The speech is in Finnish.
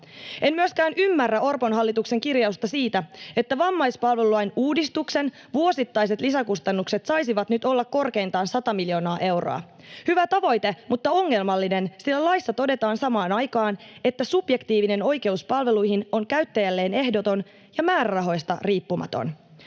En myöskään ymmärrä Orpon hallituksen kirjausta siitä, että vammaispalvelulain uudistuksen vuosittaiset lisäkustannukset saisivat nyt olla korkeintaan 100 miljoonaa euroa. Hyvä tavoite, mutta ongelmallinen, sillä laissa todetaan samaan aikaan, että subjektiivinen oikeus palveluihin on käyttäjälleen ehdoton ja määrärahoista riippumaton.